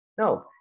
No